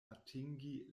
atingi